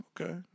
Okay